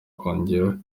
kongerera